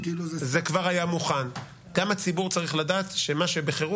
המטרות הנוספות, ועל זה הצעת החוק